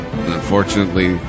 unfortunately